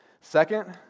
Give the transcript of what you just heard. Second